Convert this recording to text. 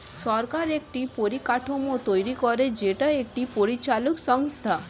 সরকার একটি পরিকাঠামো তৈরী করে যেটা একটি পরিচালক সংস্থা